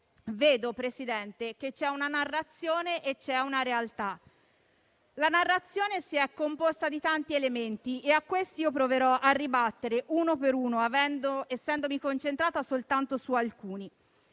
legge, vedo che c'è una narrazione e c'è una realtà. La narrazione è composta di tanti elementi e ad essi proverò a ribattere, uno per uno, essendomi concentrata soltanto su alcuni.